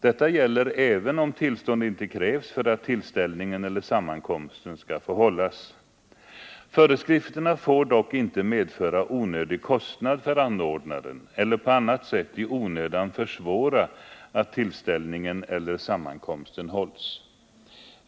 Detta gäller även om tillstånd inte krävs för att tillställningen eller sammankomsten skall få hållas. Föreskrifterna får dock inte medföra onödig kostnad för anordnaren eller på annat sätt i onödan försvåra att tillställningen eller sammankomsten hålls.